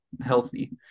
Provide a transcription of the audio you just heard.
healthy